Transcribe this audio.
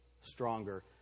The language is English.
stronger